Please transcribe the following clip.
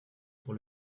pour